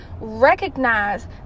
recognize